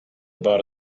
about